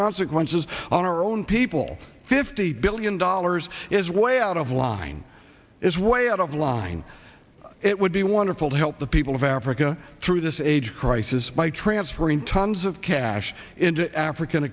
consequences on our own people fifty billion dollars is way out of line is way out of line it would be wonderful to help the people of africa through this age crisis by transferring tons of cash into african